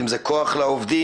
אם זה כוח לעובדים,